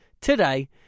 today